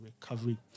recovery